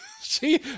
see